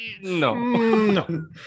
No